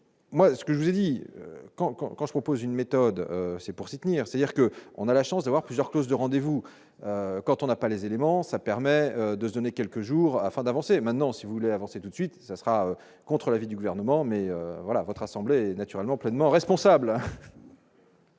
Moi ce que je vous ai dit quand quand quand je propose une méthode assez pour soutenir, c'est-à-dire que on a la chance d'avoir plusieurs clauses de rendez-vous, quand on n'a pas les éléments, ça permet de se donner quelques jours afin d'avancer maintenant si vous voulez avancer tout de suite, ça sera contre l'avis du gouvernement, mais voilà votre assemblée naturellement pleinement responsable.